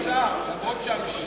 אדוני השר, גם אם המשלחת